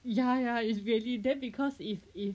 ya ya it's really then because if if